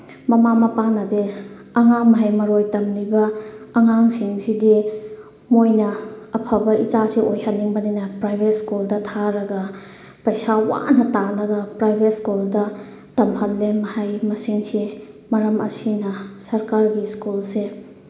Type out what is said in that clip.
ꯃꯃꯥ ꯃꯄꯥꯅꯗꯤ ꯑꯉꯥꯡ ꯃꯍꯩ ꯃꯔꯣꯏ ꯇꯝꯂꯤꯕ ꯑꯉꯥꯡꯁꯤꯡꯁꯤꯗꯤ ꯃꯣꯏꯅ ꯑꯐꯕ ꯏꯆꯥꯁꯦ ꯑꯣꯏꯍꯟꯅꯤꯡꯕꯅꯤꯅ ꯄ꯭ꯔꯥꯏꯚꯦꯠ ꯁ꯭ꯀꯨꯜꯗ ꯊꯥꯔꯒ ꯄꯩꯁꯥ ꯋꯥꯅ ꯇꯥꯜꯂꯒ ꯄ꯭ꯔꯥꯏꯚꯦꯠ ꯁ꯭ꯀꯨꯜꯗ ꯇꯝꯍꯜꯂꯦ ꯃꯍꯩ ꯃꯁꯤꯡꯁꯦ ꯃꯔꯝ ꯑꯁꯤꯅ ꯁꯔꯀꯥꯔꯒꯤ ꯁ꯭ꯀꯨꯜꯁꯦ